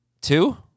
Two